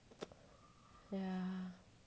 yeah